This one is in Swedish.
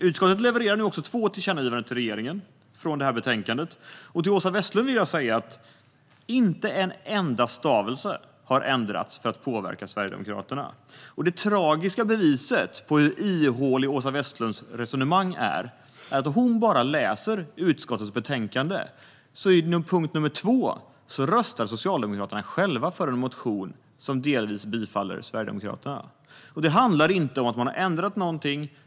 Utskottet levererar nu två tillkännagivanden till regeringen från det här betänkandet. Till Åsa Westlund vill jag säga att inte en enda stavelse har ändrats för att påverka Sverigedemokraterna. Det tragiska beviset för ihåligheten i Åsa Westlunds resonemang är att om hon bara läser utskottets betänkande kan hon se att i punkt nr 2 röstar Socialdemokraterna själva för en motion som delvis bifaller Sverigedemokraterna. Det handlar inte om att man har ändrat någonting.